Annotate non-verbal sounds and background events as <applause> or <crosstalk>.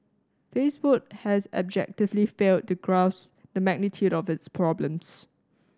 Facebook has abjectly <unintelligible> failed to grasp the magnitude of its problems